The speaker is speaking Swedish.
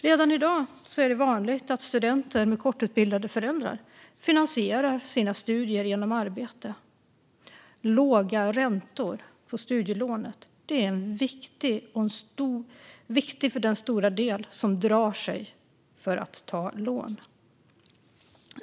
Redan i dag är det vanligt att studenter med kortutbildade föräldrar finansierar sina studier genom arbete. Låga räntor på studielånet är viktigt för den stora del som drar sig för att ta lån.